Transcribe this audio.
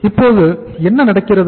இப்போது என்ன நடக்கிறது